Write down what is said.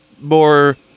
more